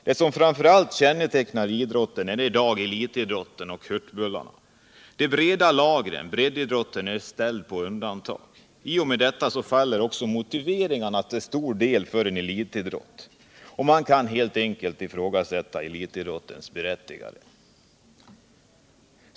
Det som framför allt kännetecknar idrotten i dag är elitidrotten och hurtbullarna. De breda lagren är tyvärr satta på undantag. I och med detta faller även en stor del av motiveringen för elitidrott. Man kan helt enkelt ifrågasätta elitidrottens berättigande.